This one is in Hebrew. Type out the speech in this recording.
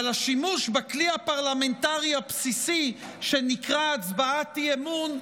אבל השימוש בכלי הפרלמנטרי הבסיסי שנקרא הצבעת אי-אמון,